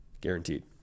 guaranteed